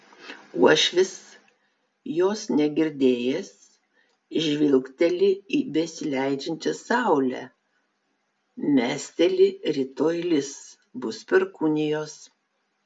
uošvis jos negirdėjęs žvilgteli į besileidžiančią saulę mesteli rytoj lis bus perkūnijos